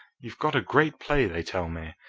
you've got a great play, they tell me.